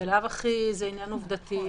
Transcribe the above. ובלאו הכי זה עניין עובדתי.